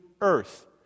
earth